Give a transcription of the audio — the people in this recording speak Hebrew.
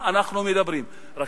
מי עומד מאחורי החקיקה המעוותת הזאת.